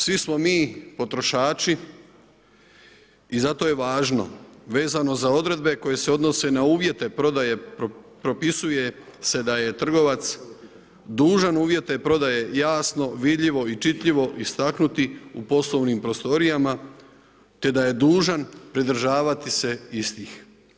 Svi smo mi potrošači i zato je važno vezano za odredbe koje se odnose na uvjete prodaje propisuje se da je trgovac dužan uvjete prodaje jasno, vidljivo i čitljivo istaknuti u poslovnim prostorijama, te da je dužan pridržavati se istih.